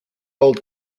old